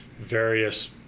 various